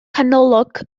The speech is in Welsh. canolog